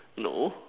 no